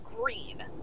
green